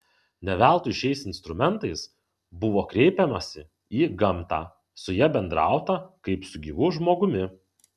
ne veltui šiais instrumentais buvo kreipiamasi į gamtą su ja bendrauta kaip su gyvu žmogumi